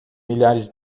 milhares